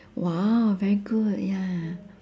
!wow! very good ya